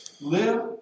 Live